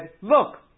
look